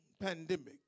pandemic